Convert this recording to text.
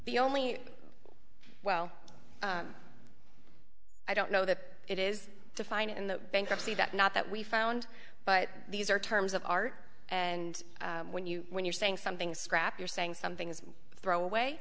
the only well i don't know that it is defined in the bankruptcy that not that we found but these are terms of art and when you when you're saying something scrap you're saying something is throwaway